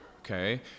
okay